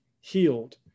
healed